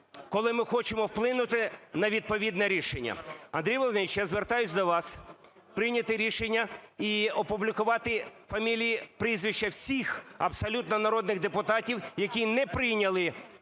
коли ми хочемо вплинути на відповідне рішення, Андрій Володимирович, я звертаюся до вас прийняти рішення і опублікувати прізвища всіх абсолютно народних депутатів, які не прийняли